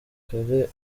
kare